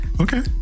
Okay